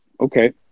okay